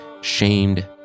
shamed